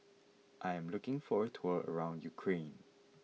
I am looking for a tour around Ukraine